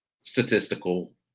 statistical